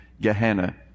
Gehenna